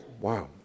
wow